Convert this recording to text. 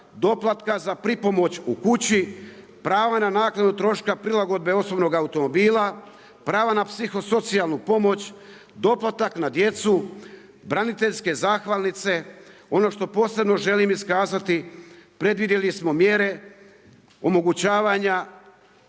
doplatka za pripomoć u kući, pravo na naknadu troška prilagodbe osobnog automobila, prava na psihosocijalnu pomoć, doplatak na djecu, braniteljske zahvalnice. Ono što posebno želim iskazati, predvidjeli smo mjere omogućavanja